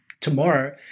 tomorrow